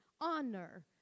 Honor